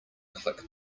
click